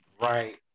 right